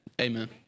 Amen